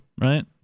right